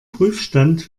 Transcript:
prüfstand